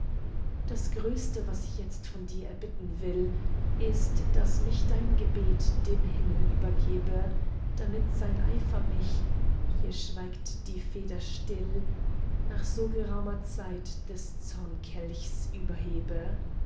das größte was ich jetzt von dir erbitten will ist daß mich dein gebet dem himmel übergebe damit sein eifer mich hier schweigt die feder still nach so geraumer zeit des zornkelchs überhebe